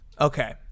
Okay